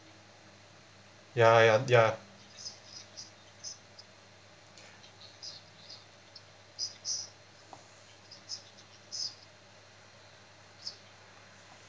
ya ya they are